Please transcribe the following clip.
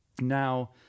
Now